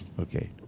Okay